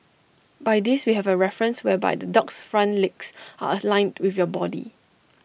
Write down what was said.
by this we have A reference whereby the dog's front legs are aligned with your body